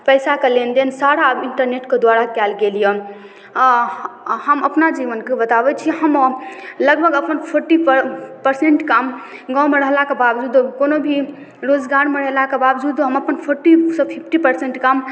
पैसाके लेनदेन सारा इन्टरनेटके द्वारा कयल गेल यऽ अऽ हऽ हम अपना जीवनके बताबय छी हम ओ लगभग अपन फोर्टी पर परसेन्ट काम गाँवमे रहलाक बावजूदो कोनो भी रोजगारमे रहलाक बावजूदो हम अपन फोर्टीसँ फिफ्टी परसेन्ट काम